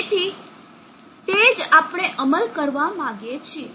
તેથી તે જ આપણે અમલ કરવા માંગીએ છીએ